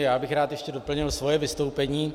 Já bych rád ještě doplnil svoje vystoupení.